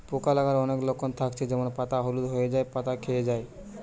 পোকা লাগার অনেক লক্ষণ থাকছে যেমন পাতা হলুদ হয়ে যায়া, পাতা খোয়ে যায়া